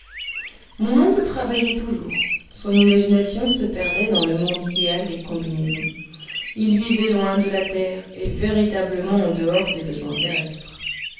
mon oncle travaillait toujours son imagination se perdait dans le monde idéal des combinaisons il vivait loin de la terre et véritablement en dehors des besoins terrestres